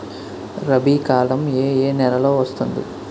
రబీ కాలం ఏ ఏ నెలలో వస్తుంది?